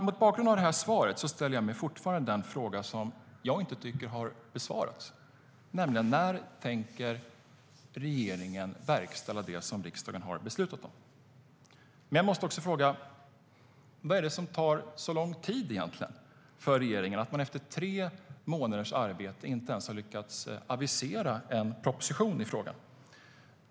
Mot bakgrund av svaret ställer jag fortfarande den fråga som jag inte tycker har besvarats, nämligen när regeringen tänker verkställa det som riksdagen har beslutat om. Jag måste också fråga: Vad är det egentligen som tar så lång tid för regeringen att man efter tre månaders arbete inte ens har lyckats avisera en proposition i frågan?